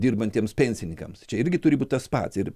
dirbantiems pensininkams čia irgi turi būt tas pats ir